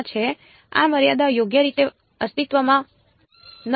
આ મર્યાદા યોગ્ય રીતે અસ્તિત્વમાં નથી